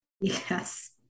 Yes